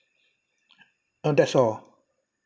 no that's all